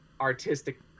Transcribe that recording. artistic